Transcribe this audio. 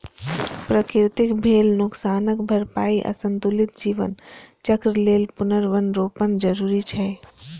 प्रकृतिक भेल नोकसानक भरपाइ आ संतुलित जीवन चक्र लेल पुनर्वनरोपण जरूरी छै